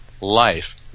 life